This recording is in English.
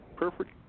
perfect